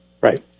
right